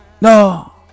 no